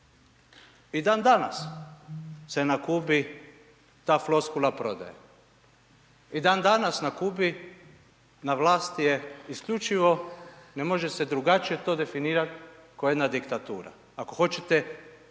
I dan danas se na Kubi ta floskula prodaje. I dan danas na Kubi na vlast je isključivo, ne može se drugačije to definirati kao jedna diktatura, ako hoćete